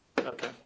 okay